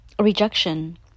rejection